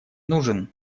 нужен